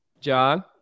John